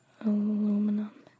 Aluminum